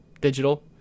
digital